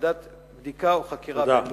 ועדת בדיקה או חקירה בין-לאומית.